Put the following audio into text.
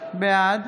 בעד